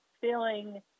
feeling